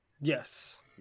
Yes